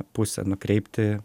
pusę nukreipti